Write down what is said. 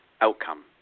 outcome